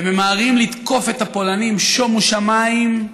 וממהרים לתקוף את הפולנים: שומו שמיים,